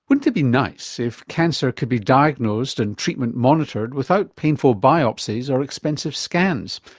wouldn't it be nice if cancer could be diagnosed and treatment monitored without painful biopsies or expensive scans?